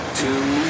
two